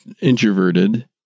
introverted